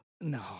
no